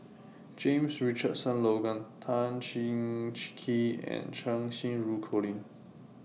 James Richardson Logan Tan Cheng Kee and Cheng Xinru Colin